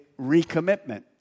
recommitment